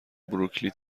بروکلی